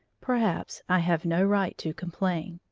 perhaps i have no right to complain.